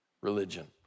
Religion